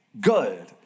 good